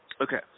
Okay